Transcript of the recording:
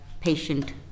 patient